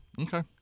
Okay